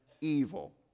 evil